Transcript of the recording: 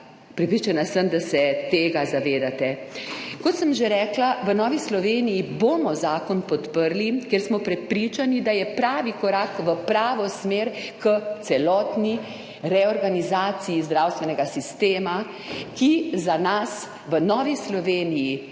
prepričana sem, da se tega zavedate. Kot sem že rekla, v Novi Sloveniji bomo zakon podprli, ker smo prepričani, da je pravi korak v pravo smer k celotni reorganizaciji zdravstvenega sistema, ki za nas v Novi Sloveniji